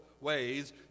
ways